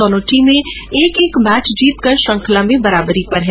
दोनों टीमें एक एक मैच जीतकर श्रंखला में बराबरी पर हैं